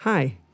Hi